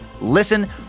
Listen